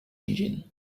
engine